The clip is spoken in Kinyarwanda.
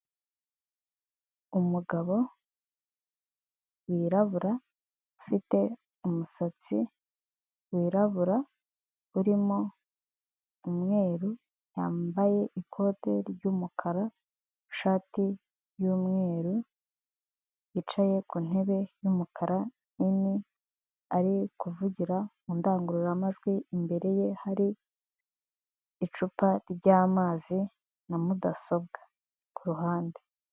Umugabo wirabura ufite umusatsi wirabura urimo umweru, yambaye ikote ry'umukara n'ishati y'umweru, yicaye ku ntebe y'umukara nini ari kuvugira mu ndangururamajwi, imbere ye hari icupa ry'amazi na mudasobwa ku ruhande.